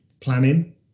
planning